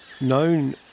known